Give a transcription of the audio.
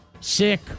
sick